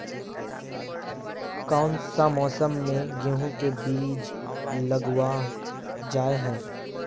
कोन सा मौसम में गेंहू के बीज लगावल जाय है